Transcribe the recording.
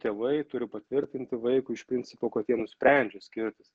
tėvai turi patvirtinti vaikui iš principo kad jie nusprendžia skirtis